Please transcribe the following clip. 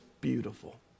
beautiful